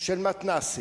של מתנ"סים,